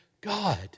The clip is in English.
God